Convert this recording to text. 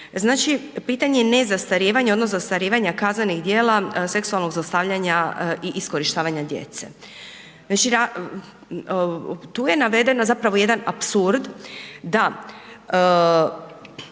znači pitanje nezastarijevanja odnosno zastarijevanja kaznenih djela seksualnog zlostavljanja i iskorištavanja djece. Tu ne naveden jedan apsurd da